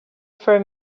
for